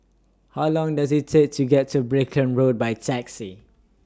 How Long Does IT Take to get to Brickland Road By Taxi